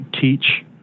teach